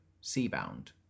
sea-bound